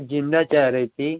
ज़िंदा चाह रही थी